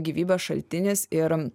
gyvybės šaltinis ir